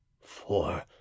four